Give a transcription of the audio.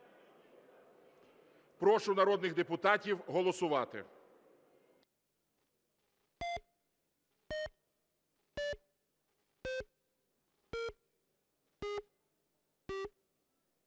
Прошу народних депутатів голосувати.